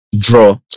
draw